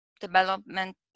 development